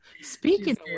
Speaking